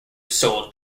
sold